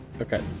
Okay